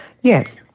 Yes